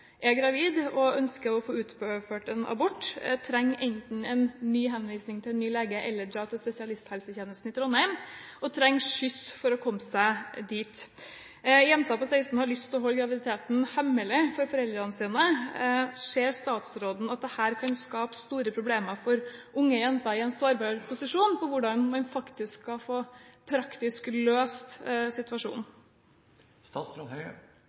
er gravid og ønsker å få utført en abort. Hun trenger enten en ny henvisning til en ny lege eller å dra til spesialisthelsetjenesten i Trondheim, og hun trenger skyss for å komme seg dit. Jenta på 16 år har lyst til å holde graviditeten hemmelig for foreldrene sine. Ser statsråden at dette kan skape store problemer for unge jenter i en sårbar posisjon med hensyn til hvordan man faktisk praktisk skal få løst situasjonen?